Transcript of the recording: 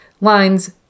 lines